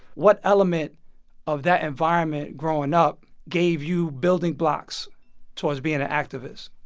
what element of that environment growing up gave you building blocks towards being an activist?